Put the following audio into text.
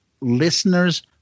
listeners